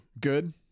Good